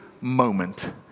moment